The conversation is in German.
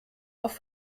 auf